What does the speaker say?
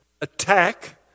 attack